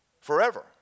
forever